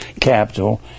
capital